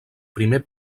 primer